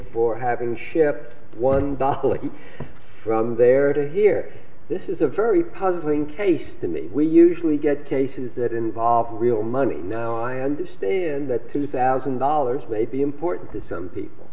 for having shipped one bottle from there to here this is a very puzzling case to me we usually get cases that involve real money now i understand that two thousand dollars may be important to some people